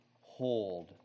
hold